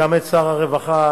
גם את שר הרווחה,